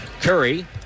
Curry